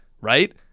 Right